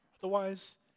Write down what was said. Otherwise